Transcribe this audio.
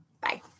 Bye